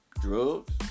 drugs